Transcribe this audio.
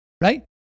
right